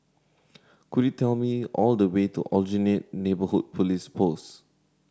could you tell me all the way to Aljunied Neighbourhood Police Post